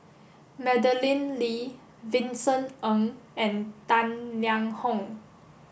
Madeleine Lee Vincent Ng and Dan Liang Hong